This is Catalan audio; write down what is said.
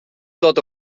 tot